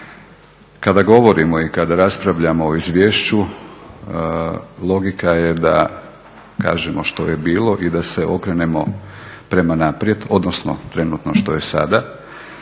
kada govorimo i kada raspravljamo o izvješću logika je da kažemo što je bilo i da se okrenemo prema naprijed, odnosno trenutno što je sada.